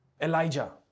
Elijah